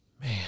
man